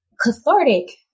Cathartic